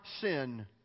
sin